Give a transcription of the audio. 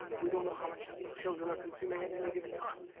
we don't know how much these children are consuming at any given time.